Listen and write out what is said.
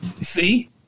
See